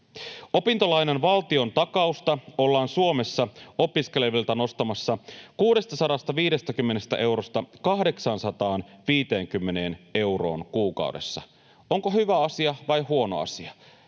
Opintolainan valtiontakausta ollaan Suomessa opiskelevilta nostamassa 650 eurosta 850 euroon kuukaudessa. Onko hyvä asia vai huono asia?